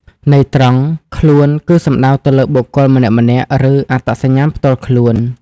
ន័យត្រង់ ខ្លួន គឺសំដៅទៅលើ បុគ្គលម្នាក់ៗ ឬ អត្តសញ្ញាណផ្ទាល់ខ្លួន។